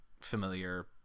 familiar